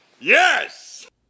Yes